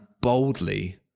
boldly